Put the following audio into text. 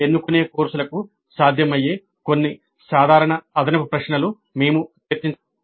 ఎన్నుకునే కోర్సులకు సాధ్యమయ్యే కొన్ని సాధారణ అదనపు ప్రశ్నలు మేము చర్చించగలము